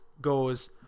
goes